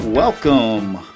Welcome